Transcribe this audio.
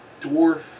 dwarf